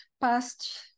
past